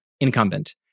incumbent